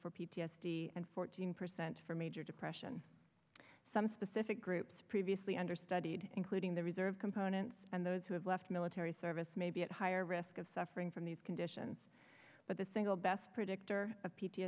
for p t s d and fourteen percent for major depression some specific groups previously understudied including the reserve component and those who have left military service may be at higher risk of suffering from these conditions but the single best predictor